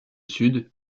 sud